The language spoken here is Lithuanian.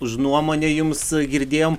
už nuomonę jums girdėjom